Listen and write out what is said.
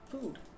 food